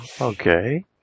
Okay